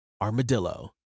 Armadillo